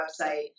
website